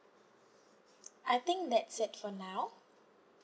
I think that's it for now